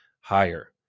Higher